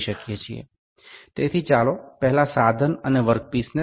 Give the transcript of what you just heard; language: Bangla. সুতরাং আসুন প্রথমে উপকরণ এবং কাজের টুকরো পরিষ্কার করে নিই